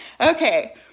Okay